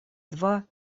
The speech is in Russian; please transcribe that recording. два